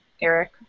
Eric